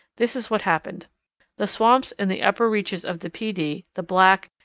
this is what happened the swamps in the upper reaches of the pee dee, the black,